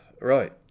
Right